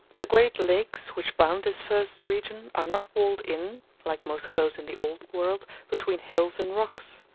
the great lakes which bound this first region are not walled in, like most of those in the old world, between hills and rocks.